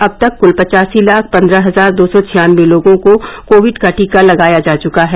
अब तक क्ल पचासी लाख पंद्रह हजार दो सौ छियानबे लोगों को कोविड का टीका लगाया जा चुका है